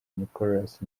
nicholas